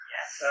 Yes